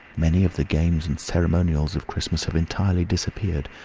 many of the games and ceremonials of christmas have entirely disappeared,